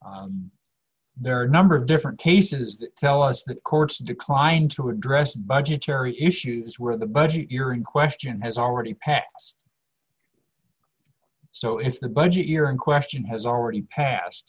with there are a number of different cases that tell us that courts declined to address budgetary issues where the budget you're in question has already passed so if the budget year in question has already pas